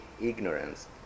ignorance